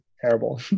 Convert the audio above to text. terrible